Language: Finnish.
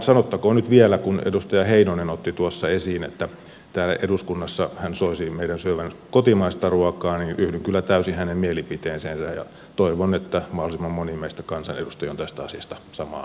sanottakoon nyt vielä kun edustaja heinonen otti tuossa esiin että täällä eduskunnassa hän suosisi meidän syövän kotimaista ruokaa että yhdyn kyllä täysin hänen mielipiteeseensä ja toivon että mahdollisimman moni meistä kansanedustajista on tästä asiasta samaa mieltä